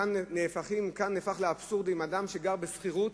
כאן זה נהפך לאבסורד: אדם שגר בשכירות,